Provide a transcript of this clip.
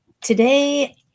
today